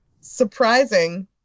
surprising